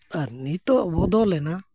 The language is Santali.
ᱟᱨ ᱱᱤᱛᱳᱜ ᱵᱚᱫᱚᱞᱮᱱᱟ